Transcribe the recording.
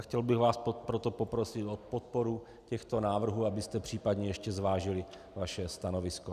Chtěl bych vás proto poprosit o podporu těchto návrhů, abyste případně ještě zvážili svoje stanovisko.